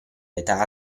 età